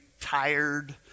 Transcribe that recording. tired